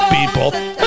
people